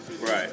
Right